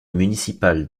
municipal